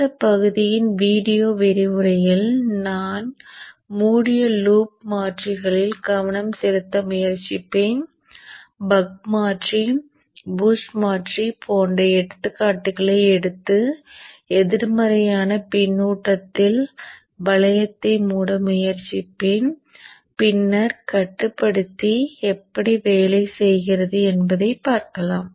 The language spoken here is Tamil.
இந்த பகுதியின் வீடியோ விரிவுரையில் நான் மூடிய லூப் மாற்றி களில் கவனம் செலுத்த முயற்சிப்பேன் பக் மாற்றி பூஸ்ட் மாற்றி போன்ற எடுத்துக்காட்டுகளை எடுத்து எதிர்மறையான பின்னூட்டத்தில் வளையத்தை மூட முயற்சிப்பேன் பின்னர் கட்டுப்படுத்தி எப்படி வேலை செய்கிறது என்பதைப் பார்க்கலாம்